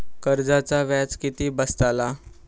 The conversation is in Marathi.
कर्जाचा व्याज किती बसतला?